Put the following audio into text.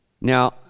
Now